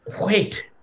wait